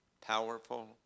powerful